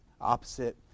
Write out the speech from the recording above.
opposite